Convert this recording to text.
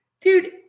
Dude